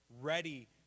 ready